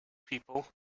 people